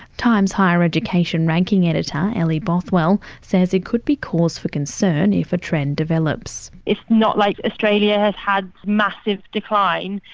times higher education ranking editor, ellie bothwell, says it could be cause for concern if a trend develops. it's not like australia has had massive decline,